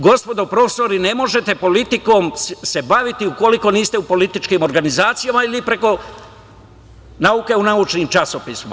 Gospodo profesori, ne možete politikom se baviti ukoliko niste u političkim organizacijama ili preko nauke u naučnim časopisima.